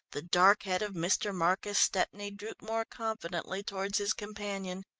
the dark head of mr. marcus stepney droop more confidently towards his companion.